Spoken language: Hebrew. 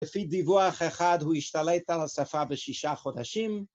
‫לפי דיווח אחד, ‫הוא השתלט על השפה בשישה חודשים.